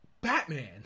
Batman